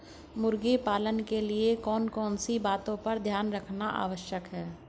मुर्गी पालन के लिए कौन कौन सी बातों का ध्यान रखना आवश्यक है?